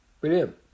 Brilliant